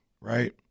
Right